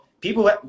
people